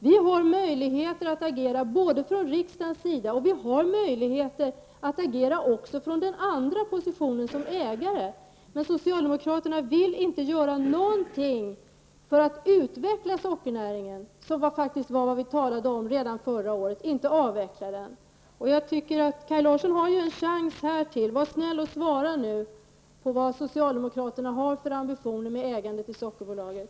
Vi har möjligheter att agera, både från riksdagens sida, men även från den andra positionen, nämligen som ägare. Men socialdemokraterna vill inte göra något för att utveckla sockernäringen. Redan förra året talade vi om att utveckla den och inte om att avveckla den. Kaj Larsson har en chans till. Var då snäll och svara på vad socialdemokraterna har för ambitioner med ägandet i Sockerbolaget.